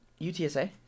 UTSA